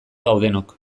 gaudenok